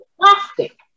plastic